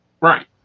Right